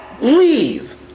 Leave